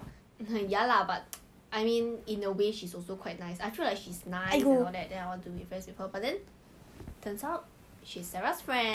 我们是 D_B_A then 他 transfer D_B_A like why would you like ruin your future just cause of a girl what if your 万一 ah 你们分手